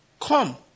Come